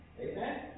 Amen